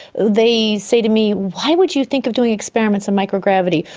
they say to me, why would you think of doing experiments in microgravity?